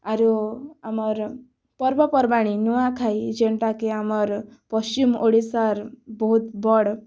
ଆରୁ ଆମର ପର୍ବପର୍ବାଣୀ ନୂଆଖାଇ ଯେଉଁଟା କି ଆମର୍ ପଶ୍ଚିମ ଓଡ଼ିଶାର ବହୁତ୍ ବଡ଼